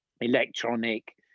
electronic